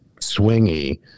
swingy